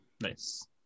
Nice